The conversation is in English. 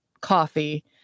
coffee